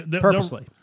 purposely